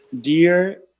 dear